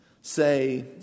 say